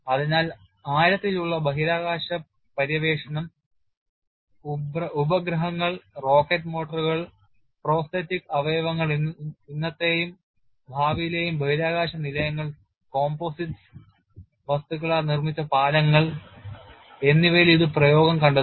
അതിനാൽ ആഴത്തിലുള്ള ബഹിരാകാശ പര്യവേക്ഷണം ഉപഗ്രഹങ്ങൾ റോക്കറ്റ് മോട്ടോറുകൾ പ്രോസ്തെറ്റിക് അവയവങ്ങൾ ഇന്നത്തെയും ഭാവിയിലെയും ബഹിരാകാശ നിലയങ്ങൾ സംയോജിത വസ്തുക്കളാൽ നിർമ്മിച്ച പാലങ്ങൾ എന്നിവയിൽ ഇത് പ്രയോഗം കണ്ടെത്തുന്നു